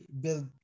build